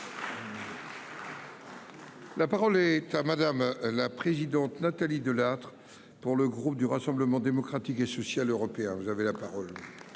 La parole est à madame la présidente Nathalie Delattre pour le groupe du Rassemblement démocratique et social européen, vous avez la parole.